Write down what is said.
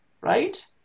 right